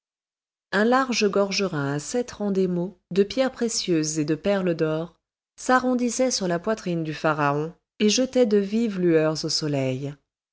un large gorgerin à sept rangs d'émaux de pierres précieuses et de perles d'or s'arrondissait sur la poitrine du pharaon et jetait de vives lueurs au soleil